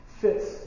fits